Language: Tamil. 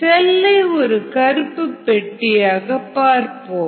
செல்லை ஒரு கருப்பு பெட்டியாக பார்ப்போம்